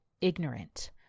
ignorant